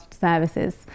services